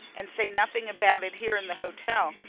and say nothing about it here in the hotel,